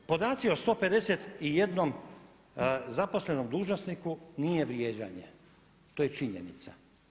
Podaci o 151 zaposlenom dužnosniku nije vrijeđanje, to je činjenica.